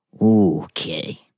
Okay